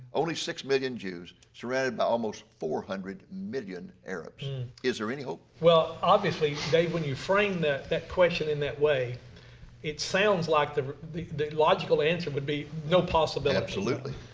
only six million jews surrounded by almost four hundred million arabs. is there any hope? well obviously dave, when you frame that that question in that way it sounds like the the logical answer would be no possibility. absolutely.